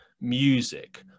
music